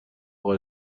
اقا